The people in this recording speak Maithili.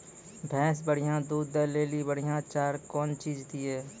भैंस बढ़िया दूध दऽ ले ली बढ़िया चार कौन चीज दिए?